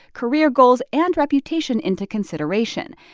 career goals and reputation into consideration.